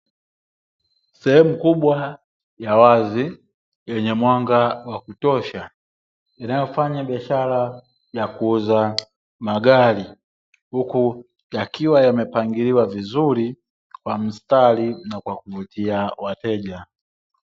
Sehemu kubwa ya wazi yenye mwanga wa kutosha, inayofanya biashara ya kuuza magari, huku yakiwa yamepangiliwa vizuri kwa mstari na kwa kuvutia wateja.